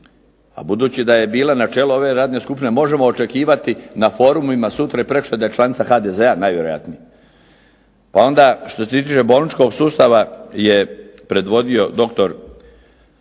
A budući da je bila na čelu ove radne skupine možemo očekivati na forumima sutra i prekosutra da je članica HDZ-a najvjerojatnije. Pa onda što se tiče bolničkog sustava je predvodio doktor